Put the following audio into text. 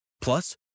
Plus